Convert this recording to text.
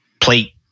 plate